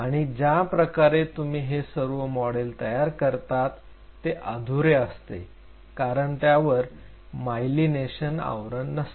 आणि ज्या प्रकारे तुम्ही हे सर्व मॉडेल तयार करतात ते अधुरे असते कारण त्यावर मायलिनेशन आवरण नसते